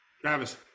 Travis